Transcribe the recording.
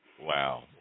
Wow